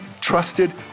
trusted